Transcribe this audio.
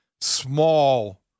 small